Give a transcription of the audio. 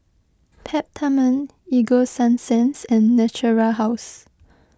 Peptamen Ego Sunsense and Natura House